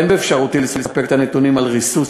אין באפשרותי לספק את הנתונים על ריסוס